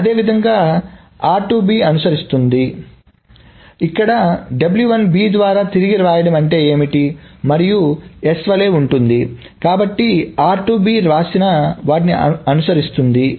అదేవిధంగా అనుసరిస్తోందిఇక్కడ ద్వారా తిరిగి రావడం అంటే ఏమిటి మరియు s వలె ఉంటుంది కాబట్టి వ్రాసిన వాటిని అనుసరిస్తుంది